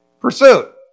pursuit